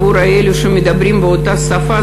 עבור אלה שמדברים באותה שפה,